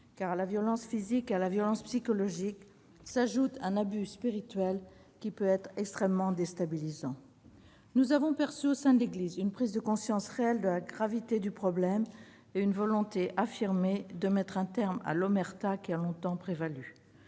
car à la violence physique et à la violence psychologique s'ajoute un abus spirituel qui peut être extrêmement déstabilisant. Nous avons perçu au sein de l'Église une prise de conscience réelle de la gravité du problème et une volonté affirmée de mettre un terme à l'omerta qui a longtemps prévalu.